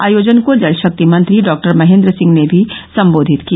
आयोजन को जल शक्ति मंत्री डा महेंद्र सिंह ने भी संबोधित किया